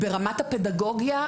ברמת הפדגוגיה,